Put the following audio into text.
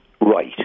right